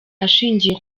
ashingiye